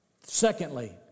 Secondly